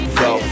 go